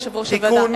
יושב-ראש הוועדה,